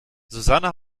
susanne